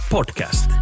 Podcast